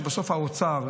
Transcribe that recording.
ובסוף האוצר,